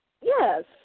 Yes